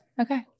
Okay